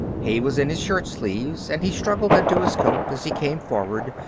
he was in his shirt-sleeves, and he struggled into his coat as he came forward,